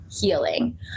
healing